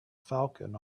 falcon